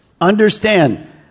Understand